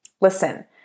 Listen